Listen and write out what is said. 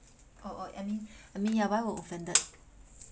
oh oh I mean I mean ya why will offended